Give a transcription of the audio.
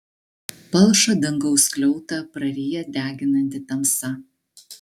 palšą dangaus skliautą praryja deginanti tamsa